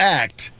act